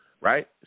right